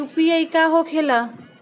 UPI का होखेला?